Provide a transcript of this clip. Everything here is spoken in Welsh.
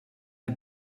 neu